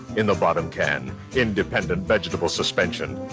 in the bottom can, independent vegetable suspension.